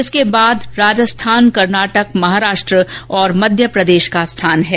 इसके बाद राजस्थान कर्नाटक महाराष्ट्र और मध्य प्रदेश का स्थान है